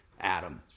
Adam